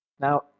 Now